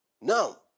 Now